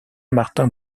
martin